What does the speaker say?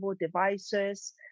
devices